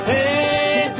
Hey